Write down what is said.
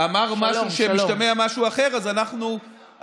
אמר משהו שמשתמע משהו אחר, אז כל